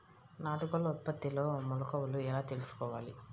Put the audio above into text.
నాటుకోళ్ల ఉత్పత్తిలో మెలుకువలు ఎలా తెలుసుకోవాలి?